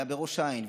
היה בראש העין,